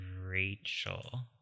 Rachel